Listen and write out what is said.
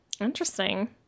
Interesting